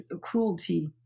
cruelty